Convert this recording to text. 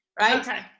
right